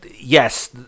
yes